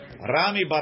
Rami